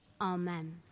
amen